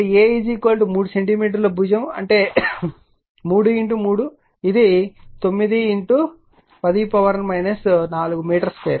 కాబట్టి A 3 centimetre భుజం అంటే 33 ఇది 910 4 మీటర్ 2